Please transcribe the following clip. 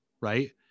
Right